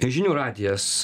žinių radijas